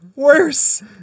Worse